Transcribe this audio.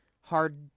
hard